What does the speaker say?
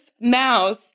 mouse